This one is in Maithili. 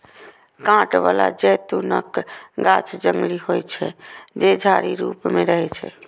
कांट बला जैतूनक गाछ जंगली होइ छै, जे झाड़ी रूप मे रहै छै